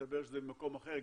מסתבר שזה ממקום אחר.